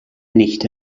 nicht